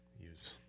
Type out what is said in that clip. use